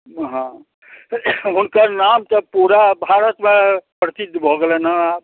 हाँ हुनकर नाम तऽ पूरा भारतमे प्रसिद्ध भऽ गेलनि हँ आब